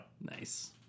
nice